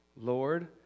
Lord